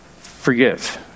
forgive